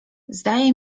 zdaje